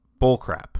bullcrap